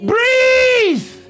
Breathe